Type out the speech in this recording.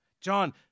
John